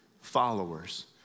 followers